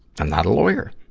i'm not a lawyer.